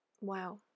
wow